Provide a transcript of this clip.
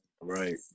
right